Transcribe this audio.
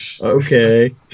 Okay